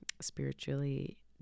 spiritually